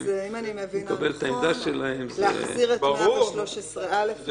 אם זה מה שמפריע למחוקק, מה אתם רוצים מההתיישנות?